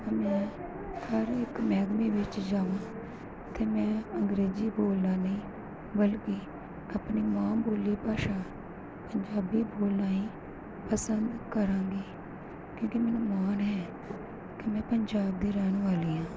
ਤਾਂ ਮੈਂ ਹਰ ਇੱਕ ਮਹਿਕਮੇ ਵਿੱਚ ਜਾਵਾਂ ਅਤੇ ਮੈਂ ਅੰਗਰੇਜ਼ੀ ਬੋਲਣਾ ਨਹੀਂ ਬਲਕਿ ਆਪਣੀ ਮਾਂ ਬੋਲੀ ਭਾਸ਼ਾ ਪੰਜਾਬੀ ਬੋਲਣਾ ਹੀ ਪਸੰਦ ਕਰਾਂਗੀ ਕਿਉਂਕਿ ਮੈਨੂੰ ਮਾਣ ਹੈ ਕਿ ਮੈਂ ਪੰਜਾਬ ਦੀ ਰਹਿਣ ਵਾਲੀ ਹਾਂ